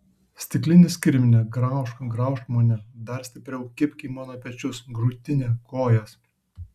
stiklinis kirmine graužk graužk mane dar stipriau kibk į mano pečius krūtinę kojas